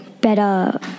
better